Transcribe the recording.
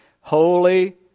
Holy